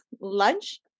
Lunch